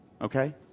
Okay